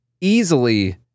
easily